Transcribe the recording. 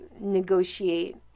negotiate